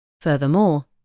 Furthermore